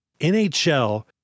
NHL